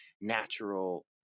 natural